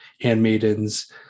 handmaidens